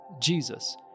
Jesus